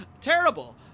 terrible